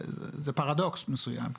זה פרדוקס מסוים,